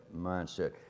mindset